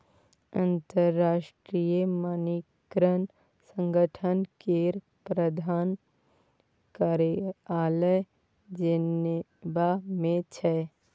अंतरराष्ट्रीय मानकीकरण संगठन केर प्रधान कार्यालय जेनेवा मे छै